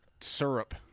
syrup